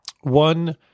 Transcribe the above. One-